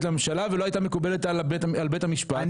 לממשלה אבל הייתה מקובלת על בית המשפט.